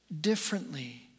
differently